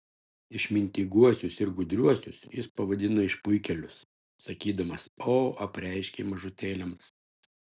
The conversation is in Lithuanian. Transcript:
išmintinguosius ir gudriuosius jis pavadina išpuikėlius sakydamas o apreiškei mažutėliams